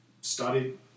studied